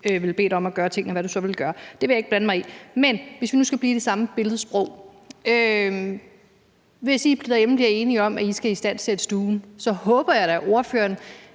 vil bede dig om at gøre tingene, og hvad du så ville gøre. Det vil jeg ikke blande mig i, men hvis vi nu skal blive i det samme billedsprog, vil jeg sige, at hvis I derhjemme bliver enige om, at I skal istandsætte stuen, håber jeg da, at ordføreren